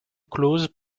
clause